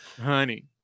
Honey